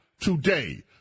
today